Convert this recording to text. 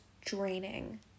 draining